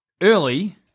early